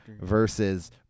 versus